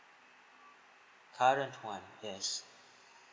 current [one] yes